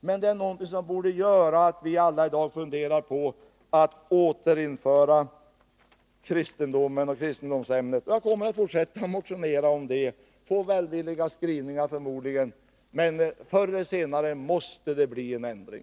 Detta är någonting som gör att vi alla i dag borde fundera på att återinföra kristendomen och kristendomsämnet. Herr talman! Jag kommer att fortsätta att motionera om detta. Förmodligen får jag välvilliga skrivningar. Men förr eller senare måste det bli en ändring.